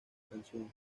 canción